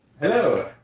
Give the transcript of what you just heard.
Hello